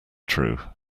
true